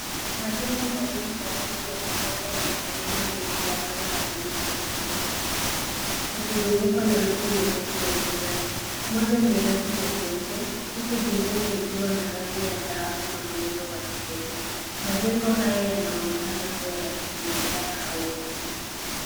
Majengo mawili marefu ya kisasa yamesimama dhidi la anga ya buluu lenye mawingu meupe ikizungukwa na miti mirefu ya kijani moja ni refu na jeupe huku jingine likiwa na rangi ya dhahabu na muundo wa kipekee majengo haya yanaonekana kuwa ya kibiashara au ofisi.